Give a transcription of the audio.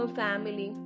family